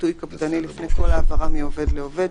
חיטוי קפדני לפני כל העברה מעובד לעובד,